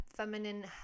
Feminine